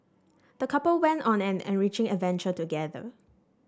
the couple went on an enriching adventure together